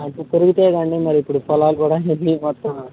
అంటే పెరుగుతాయి కదండీ మరి ఇప్పుడు పొలాలు కూడా ఇది మొత్తం